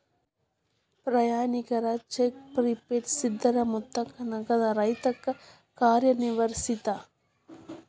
ಪ್ರಯಾಣಿಕರ check prepaid ಸ್ಥಿರ ಮೊತ್ತಕ್ಕ ನಗದ ರೇತ್ಯಾಗ ಕಾರ್ಯನಿರ್ವಹಿಸತ್ತ